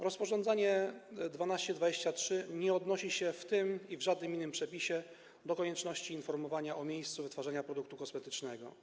Rozporządzenie nr 1223 nie odnosi się w tym ani w żadnym innym przepisie do konieczności informowania o miejscu wytwarzania produktu kosmetycznego.